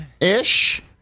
ish